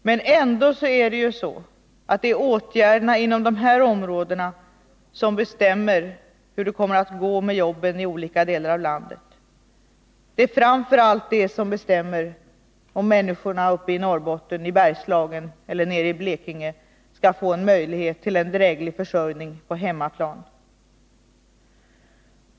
Men ändå är det åtgärderna inom de här områdena som bestämmer hur det kommer att gå med jobben i olika delar av landet. Det är framför allt det som bestämmer om människorna uppe i Norrbotten, i Bergslagen eller nere i Blekinge skall få möjlighet till en dräglig försörjning på hemmaplan.